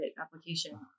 application